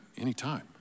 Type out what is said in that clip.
anytime